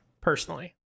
personally